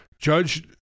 Judge